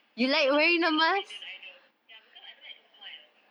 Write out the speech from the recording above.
it's unpopular opinion I know ya because I don't like to smile